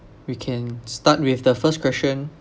we can start with the first question